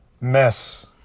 mess